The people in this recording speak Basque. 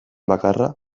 bakarra